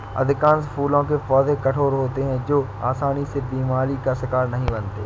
अधिकांश फूलों के पौधे कठोर होते हैं जो आसानी से बीमारी का शिकार नहीं बनते